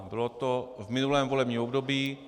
Bylo to v minulém volebním období.